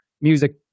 music